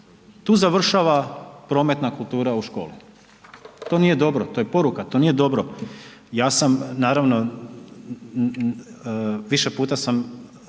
tu završava prometna kultura u školi, to nije dobro, to je poruka, to nije dobro. Ja sam naravno, više puta sam